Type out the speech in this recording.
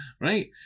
Right